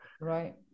Right